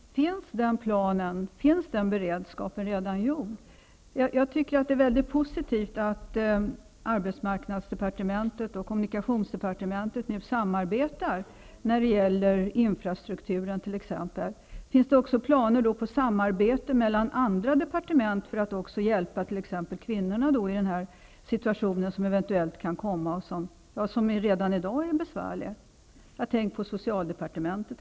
Herr talman! Finns den planen? Finns den beredskapen redan? Jag tycker att det är väldigt positivt att arbetsmarknadsdepartementet och kommunikationsdepartementet nu samarbetar när det gäller infrastruktursatsningar. Finns det också planer på att samarbeta mellan andra departement för att hjälpa t.ex. kvinnorna i den situation som de eventuellt kommer att hamna i? Situationen är besvärlig redan i dag. Jag tänker t.ex. på socialdepartementet.